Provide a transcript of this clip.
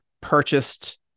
purchased